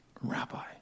rabbi